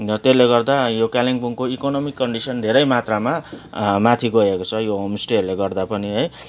त्यसले गर्दा यो कालिम्पोङको इकोनोमिक कन्डिसन धेरै मात्रामा माथि गएको छ यो होमस्टेहरूले गर्दा पनि है